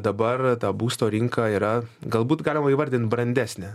dabar ta būsto rinka yra galbūt galima įvardint brandesnė